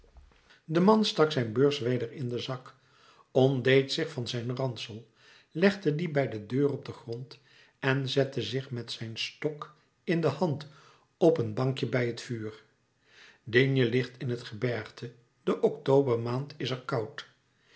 de man stak zijn beurs weder in den zak ontdeed zich van zijn ransel legde dien bij de deur op den grond en zette zich met zijn stok in de hand op een bankje bij het vuur d ligt in het gebergte de octobermaand is er koud